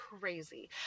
crazy